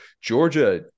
Georgia